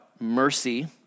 mercy